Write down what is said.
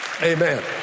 Amen